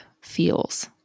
feels